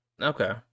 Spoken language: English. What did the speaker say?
Okay